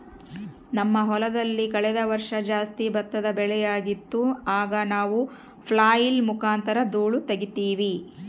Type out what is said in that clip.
ನಮ್ಮ ಹೊಲದಲ್ಲಿ ಕಳೆದ ವರ್ಷ ಜಾಸ್ತಿ ಭತ್ತದ ಬೆಳೆಯಾಗಿತ್ತು, ಆಗ ನಾವು ಫ್ಲ್ಯಾಯ್ಲ್ ಮುಖಾಂತರ ಧೂಳು ತಗೀತಿವಿ